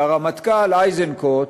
שהרמטכ"ל איזנקוט,